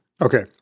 Okay